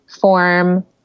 form